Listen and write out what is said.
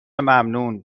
ممنون